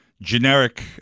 generic